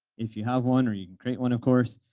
if you have one, or you create one, of course.